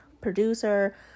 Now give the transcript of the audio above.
producer